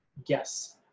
guess